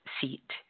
Seat